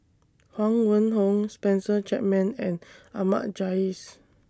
Huang Wenhong Spencer Chapman and Ahmad Jais